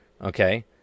Okay